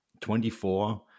24